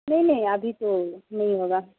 نہیں نہیں ابھی تو نہیں ہوگا